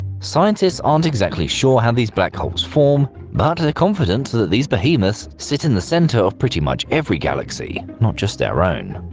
scientists aren't exactly sure how these black holes form, but they're confident that these behemoths sit in the centre of pretty much every galaxy, not just our own.